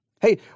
Hey